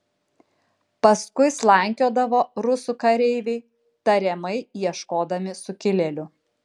paskui slankiodavo rusų kareiviai tariamai ieškodami sukilėlių